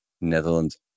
Netherlands